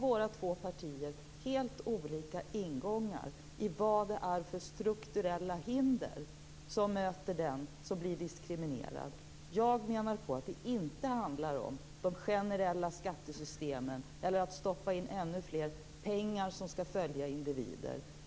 Våra två partier har helt olika ingångar när det gäller vad det är för strukturella hinder som möter den som blir diskriminerad. Jag menar på att det inte handlar om de generella skattesystemen eller att stoppa in ännu mer pengar som ska följa individer.